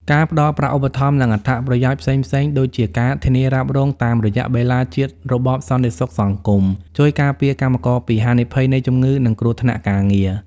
ការផ្ដល់ប្រាក់ឧបត្ថម្ភ និងអត្ថប្រយោជន៍ផ្សេងៗដូចជាការធានារ៉ាប់រងតាមរយៈបេឡាជាតិរបបសន្តិសុខសង្គម ជួយការពារកម្មករពីហានិភ័យនៃជំងឺ និងគ្រោះថ្នាក់ការងារ។